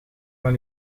van